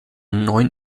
neuen